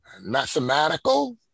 mathematical